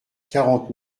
quarante